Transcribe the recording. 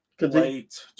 late